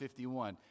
51